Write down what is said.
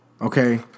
okay